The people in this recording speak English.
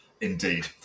Indeed